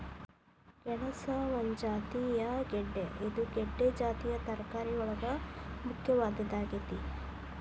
ಗೆಣಸ ಒಂದು ಜಾತಿಯ ಗೆಡ್ದೆ ಇದು ಗೆಡ್ದೆ ಜಾತಿಯ ತರಕಾರಿಯೊಳಗ ಮುಖ್ಯವಾದದ್ದಾಗೇತಿ